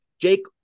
Jake